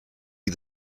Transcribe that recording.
you